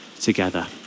together